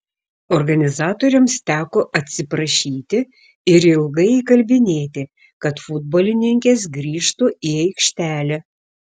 organizatoriams teko atsiprašyti ir ilgai įkalbinėti kad futbolininkės grįžtų į aikštelę